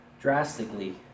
drastically